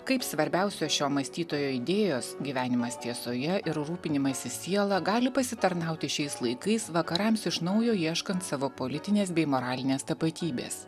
kaip svarbiausios šio mąstytojo idėjos gyvenimas tiesoje ir rūpinimasis siela gali pasitarnauti šiais laikais vakarams iš naujo ieškant savo politinės bei moralinės tapatybės